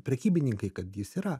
prekybininkai kad jis yra